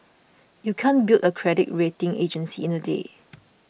you can't build a credit rating agency in a day